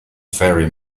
faring